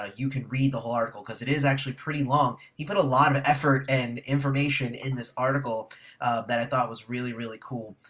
ah you can read the whole article because it is actually pretty long! he put a lot of effort and information in this article that i thought was really really cool!